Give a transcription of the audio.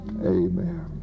Amen